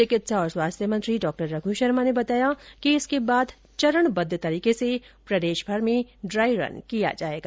चिकित्सा और स्वास्थ्य मंत्री डॉ रघ् शर्मा ने बताया कि इसके बाद चरणबद्ध तरीके से प्रदेशभर में ड्राई रन किया जाएगा